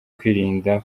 kwirinda